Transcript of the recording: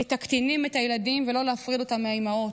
את הקטינים, את הילדים, ולא להפריד אותם מהאימהות.